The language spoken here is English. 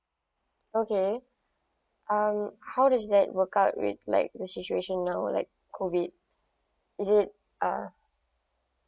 okay um how does that work out with like the situation now like COVID is it ah